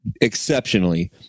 exceptionally